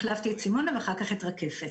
החלפתי את סימונה ואחר כך את רקפת.